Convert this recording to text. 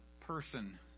Person